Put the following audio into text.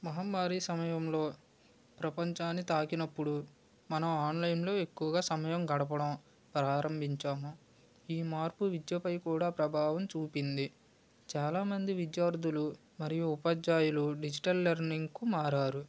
మహమ్మారి సమయంలో ప్రపంచాన్ని తాకినప్పుడు మనం ఆన్లైన్లో ఎక్కువగా సమయం గడపడం ప్రారంభించాము ఈ మార్పు విద్యపై కూడా ప్రభావం చూపింది చాలా మంది విద్యార్థులు మరియు ఉపాధ్యాయులు డిజిటల్ లెర్నింగ్కు మారారు